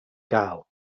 gael